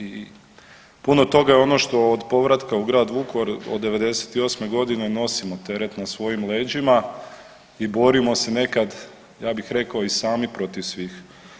I puno toga je ono što od povratka u grad Vukovar od '98.g. nosimo teret na svojim leđima i borimo se nekad, ja bih rekao i sami protiv svih.